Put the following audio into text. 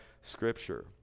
Scripture